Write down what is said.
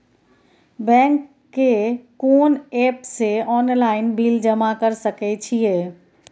Bank के कोन app से ऑनलाइन बिल जमा कर सके छिए?